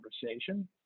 conversation